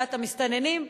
סוגיית המסתננים,